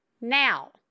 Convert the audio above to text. now